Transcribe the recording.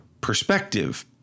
perspective